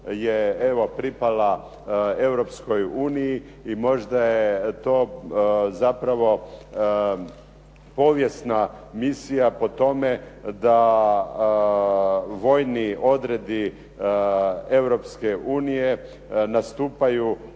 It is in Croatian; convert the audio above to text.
evo pripala Europskoj uniji i možda je to zapravo povijesna misija po tome da vojni odredi Europske unije nastupaju